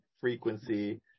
frequency